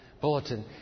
bulletin